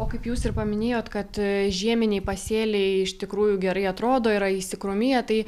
o kaip jūs ir paminėjot kad žieminiai pasėliai iš tikrųjų gerai atrodo yra įsikrūmiję tai